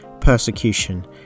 persecution